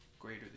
greater